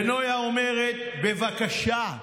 ונויה אומרת: בבקשה,